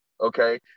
Okay